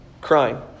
crying